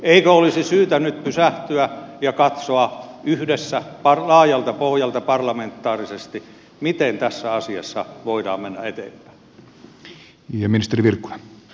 eikö olisi syytä nyt pysähtyä ja katsoa yhdessä laajalta pohjalta parlamentaarisesti miten tässä asiassa voidaan mennä eteenpäin